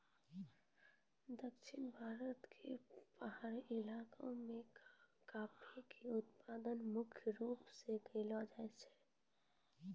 दक्षिण भारत के पहाड़ी इलाका मॅ कॉफी के उत्पादन मुख्य रूप स करलो जाय छै